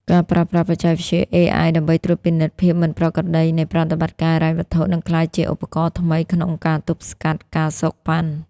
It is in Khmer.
ការប្រើប្រាស់បច្ចេកវិទ្យា AI ដើម្បីត្រួតពិនិត្យភាពមិនប្រក្រតីនៃប្រតិបត្តិការហិរញ្ញវត្ថុ នឹងក្លាយជាឧបករណ៍ថ្មីក្នុងការទប់ស្កាត់ ការសូកប៉ាន់។